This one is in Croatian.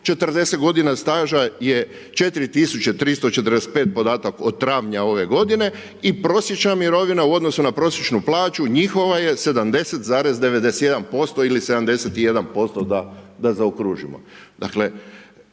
40 godina staža je 4345, podatak od travnja ove godine i prosječna mirovina u odnosu na prosječnu plaću njihova je 70,91% ili 71% posto da zaokružimo.